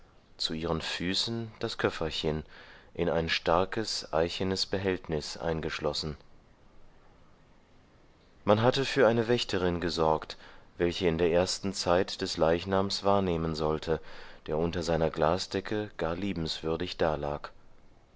zu ihren füßen das köfferchen in ein starkes eichenes behältnis eingeschlossen man hatte für eine wächterin gesorgt welche in der ersten zeit des leichnams wahrnehmen sollte der unter seiner glasdecke gar liebenswürdig dalag